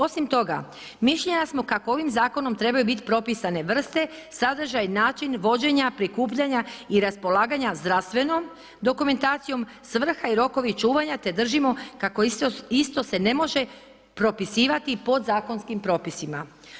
Osim toga, mišljenja smo kako ovim zakonom trebaju biti propisane vrste, sadržaj, način vođenja prikupljanja i raspolaganja zdravstvenom dokumentacijom, svrha i rokovi čuvanja, te držimo kako isto se ne može propisivati podzakonskim propisima.